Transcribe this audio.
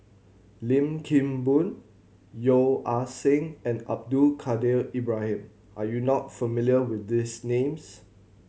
Lim Kim Boon Yeo Ah Seng and Abdul Kadir Ibrahim are you not familiar with these names